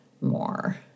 more